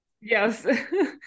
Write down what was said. Yes